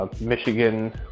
Michigan